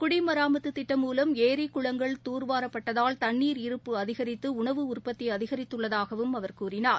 குடிமராமத்துதிட்டம் மூலம் ஏரி குளங்கள் தூர்வாரப்பட்டதால் தண்ணீர் இருப்பு அதிகரித்துஉணவு உற்பத்திஅதிகரித்துள்ளதாகவும் அவர் கூறினார்